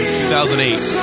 2008